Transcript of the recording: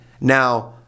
now